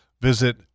visit